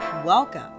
Welcome